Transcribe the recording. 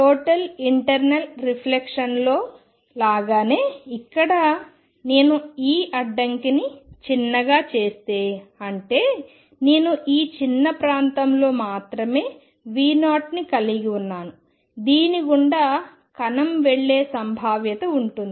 total internal reflection లో లాగానే ఇక్కడ నేను ఈ అడ్డంకిని చిన్నగా చేస్తే అంటే నేను ఈ చిన్న ప్రాంతంలో మాత్రమే V0 ని కలిగి ఉన్నాను దీని గుండా కణం వెళ్లే సంభావ్యత ఉంటుంది